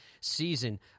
season